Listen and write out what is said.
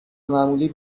معمولی